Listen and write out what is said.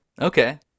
okay